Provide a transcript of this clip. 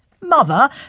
Mother